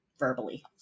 verbally